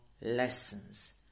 lessons